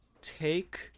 take